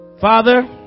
father